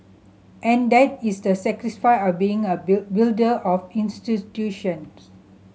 and that is the of being a builder of